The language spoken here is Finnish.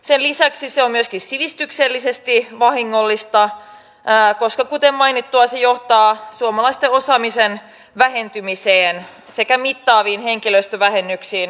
sen lisäksi se on myöskin sivistyksellisesti vahingollista koska kuten mainittua se johtaa suomalaisten osaamisen vähentymiseen sekä mittaviin henkilöstövähennyksiin korkeakouluissa